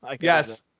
Yes